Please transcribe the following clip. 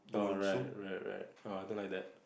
orh right right right I don't like that